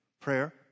Prayer